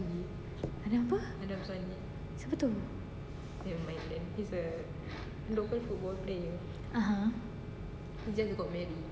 adam apa siapa tu (uh huh)